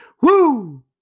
Woo